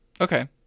Okay